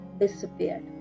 disappeared